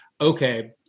okay